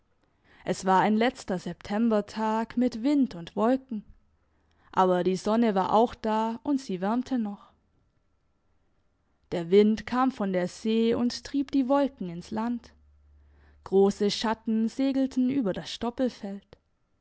es war ein letzter septembertag mit wind und wolken aber die sonne war auch da und sie wärmte noch der wind kam von der see und trieb die wolken ins land grosse schatten segelten über das stoppelfeld